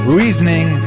reasoning